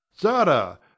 Zara